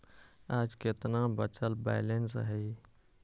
आज केतना बचल बैलेंस हई?